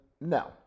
No